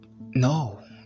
No